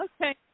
Okay